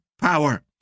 power